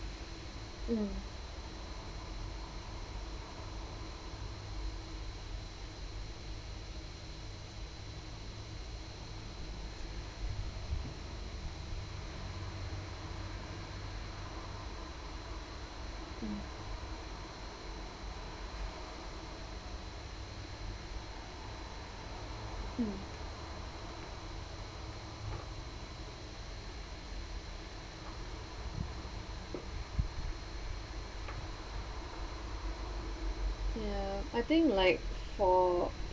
mm ya I think like for